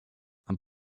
and